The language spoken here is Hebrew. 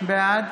בעד